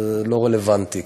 זה לא רלוונטי.